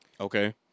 Okay